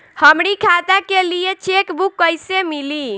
हमरी खाता के लिए चेकबुक कईसे मिली?